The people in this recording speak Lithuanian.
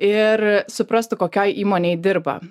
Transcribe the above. ir suprastų kokioj įmonėj dirba